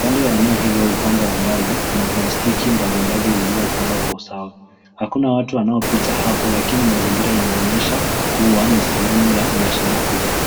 Kando ya eneo hilo upande wa mbali kuna plastiki mbalimbali zilizopangwa kwa usawa. Hakuna watu wanaopita hapo lakini mazingira yanaonyesha kuwa ni sehemu ya biashara kubwa.